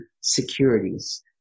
securities